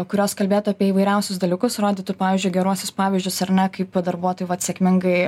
kurios kalbėtų apie įvairiausius dalykus rodytų pavyzdžiui geruosius pavyzdžius ar ne kaip darbuotojai vat sėkmingai